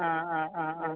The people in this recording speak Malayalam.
ആ ആ ആ